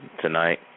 tonight